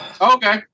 Okay